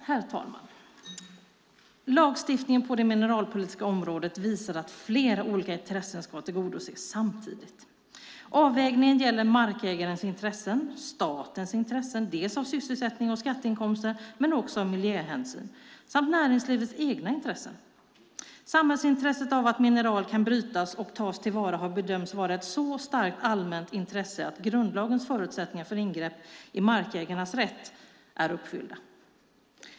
Herr talman! Lagstiftningen på det mineralpolitiska området visar att flera olika intressen ska tillgodoses samtidigt. Avvägningen gäller markägarens intressen, statens intressen av dels sysselsättning och skatteinkomster, dels miljöhänsyn, samt näringslivets egna intressen. Samhällsintresset av att mineral kan brytas och tas till vara har bedömts vara ett så starkt allmänt intresse att grundlagens förutsättningar för ingrepp i markägarnas rätt är uppfyllda.